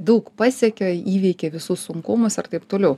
daug pasiekė įveikė visus sunkumus ir taip toliau